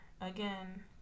again